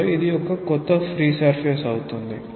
కాబట్టి ఇది కొత్త ఫ్రీ సర్ఫేస్ అవుతుంది